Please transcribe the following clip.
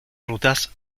rutas